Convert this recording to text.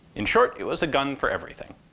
in short, it was a gun for everything.